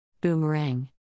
Boomerang